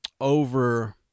over